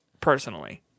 personally